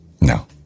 No